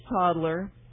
toddler